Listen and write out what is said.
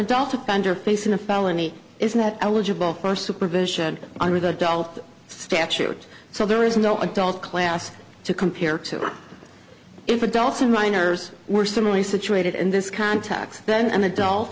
adult to pander facing a felony is not eligible for supervision under the adult statute so there is no adult class to compare to if adults are minors were similarly situated in this context then an adult